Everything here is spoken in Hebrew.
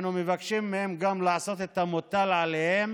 אנחנו מבקשים מהם גם לעשות את המוטל עליהם